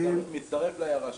מצטרף להערה שלך.